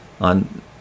on